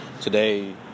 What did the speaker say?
Today